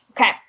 Okay